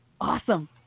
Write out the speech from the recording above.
Awesome